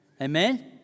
Amen